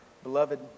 Beloved